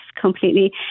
completely